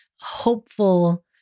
hopeful